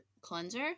cleanser